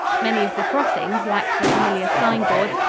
many of the crossings lacked the familiar sign-boards,